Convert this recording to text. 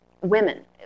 women